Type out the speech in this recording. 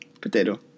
Potato